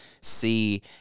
see